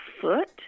foot